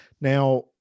now